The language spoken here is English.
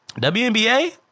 WNBA